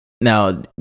Now